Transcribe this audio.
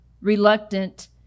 reluctant